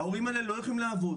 ההורים האלה לא יכולים לעבוד.